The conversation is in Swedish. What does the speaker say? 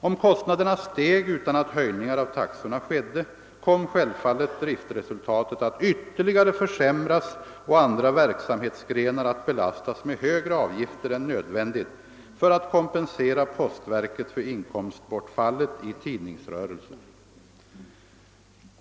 Om kostnaderna steg utan att höjningar av taxorna skedde, kom självfallet driftresultatet att ytterligare försämras och andra verksamhetsgrenar att belastas med högre avgifter än nödvändigt för att kompensera postverket för inkomstbortfallet i tidningsrörelsen.